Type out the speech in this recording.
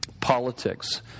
politics